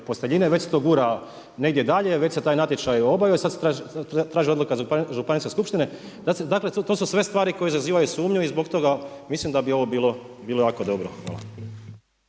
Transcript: posteljine, već se to gura negdje dalje, već se taj natječaj obavlja, sada se traži, traži se odluka županijske skupštine. Dakle to su sve stvari koje izazivaju sumnju i zbog toga mislim da bi ovo bilo jako dobro. Hvala.